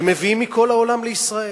שמביאים מכל העולם לישראל.